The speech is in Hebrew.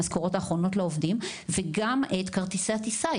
המשכורות האחרונות לעובדים וגם את כרטיסי הטיסה,